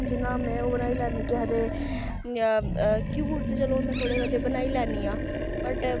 जिन्नां में ओह् बनाई लैन्नी केह् आक्खदे घ्यूर ते चलो में हून थोह्ड़े बोह्ते बनाई लैन्नी आं बट